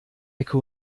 ecke